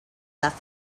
left